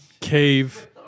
cave